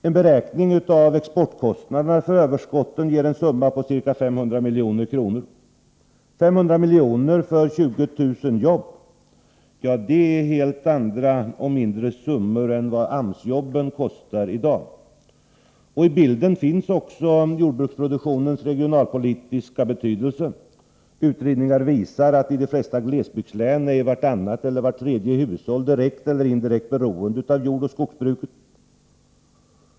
En beräkning av exportkostnaderna för överskotten ger en summa på ca 500 milj.kr. 500 milj.kr. för 20000 jobb — det är helt andra och mindre summor än vad AMS-jobben kostar i dag. I bilden finns också jordbruksproduktionens regionalpolitiska betydelse. Utredningar visar att i de flesta glesbygdslän är vartannat eller vart tredje hushåll direkt eller indirekt beroende av jordoch skogsbruket.